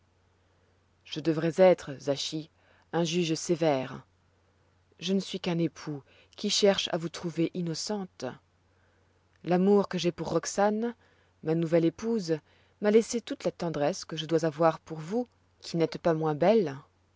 je devrois être zachi un juge sévère je ne suis qu'un époux qui cherche à vous trouver innocente l'amour que j'ai pour roxane ma nouvelle épouse m'a laissé toute la tendresse que je dois avoir pour vous qui n'êtes pas moins belle